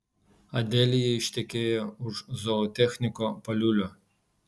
adelija ištekėjo už zootechniko paliulio